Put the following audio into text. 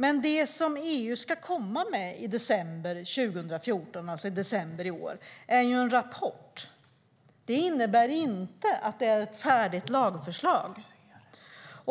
Men det som EU ska komma med i december i år är en rapport. Det innebär inte att det är ett färdigt lagförslag.